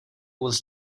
was